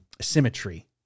symmetry